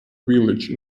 village